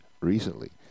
recently